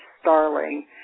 Starling